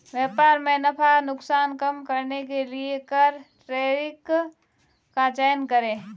व्यापार में नफा नुकसान कम करने के लिए कर टैरिफ का चयन करे